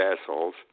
assholes